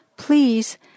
please